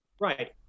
right